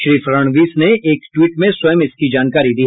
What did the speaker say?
श्री फडणवीस ने एक टि्वट में स्वयं इसकी जानकारी दी